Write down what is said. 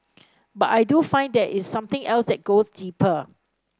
but I do find that is something else that goes deeper